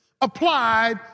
applied